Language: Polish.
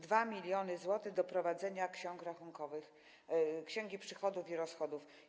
2 mln zł, jeśli chodzi o prowadzenie ksiąg rachunkowych, księgi przychodów i rozchodów.